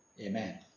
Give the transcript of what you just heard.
Amen